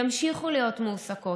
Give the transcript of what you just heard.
ימשיכו להיות מועסקות,